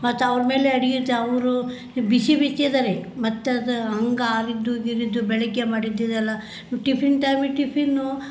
ಮತ್ತು ಅವ್ರ ಮೇಲೆ ಅಡುಗೆ ತ ಅವ್ರು ಬಿಸಿ ಬಿಸಿ ಇದೇರಿ ಮತ್ತು ಅದು ಹಂಗೆ ಆರಿದ್ದು ಗೀರಿದ್ದು ಬೆಳಿಗ್ಗೆ ಮಾಡಿದ್ದು ಇದೆಲ್ಲ ಟಿಫಿನ್ ಟೈಮಿಗೆ ಟಿಫಿನ್ನು